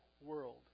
world